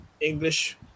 English